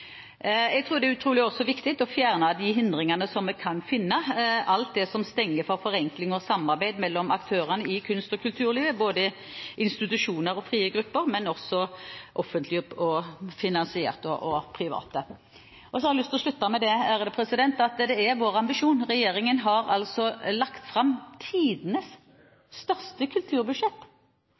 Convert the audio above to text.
utrolig viktig å fjerne de hindringene som vi kan finne – alt det som stenger for forenkling og samarbeid mellom aktørene i kunst- og kulturlivet, både institusjoner og frie grupper, både offentlig og privat finansierte. Så har jeg lyst til å slutte med det at regjeringen har lagt fram tidenes største kulturbudsjett. Jeg synes det blir en ensidig diskusjon om den regjeringen